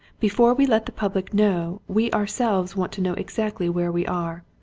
before we let the public know, we ourselves want to know exactly where we are.